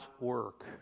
work